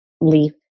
leaf